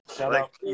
shout-out